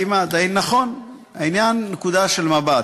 כמעט, נכון, העניין הוא נקודה של מבט.